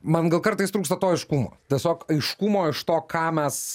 man gal kartais trūksta to aiškumo tiesiog aiškumo iš to ką mes